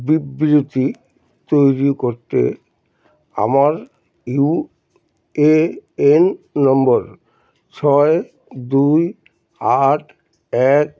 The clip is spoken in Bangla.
বিবৃতি তৈরি করতে আমার ইউএএন নম্বর ছয় দুই আট এক